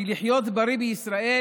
כי לחיות בריא בישראל